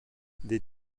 des